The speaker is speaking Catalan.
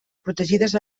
protegides